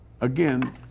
again